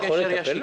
ויש קשר ישיר.